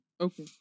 okay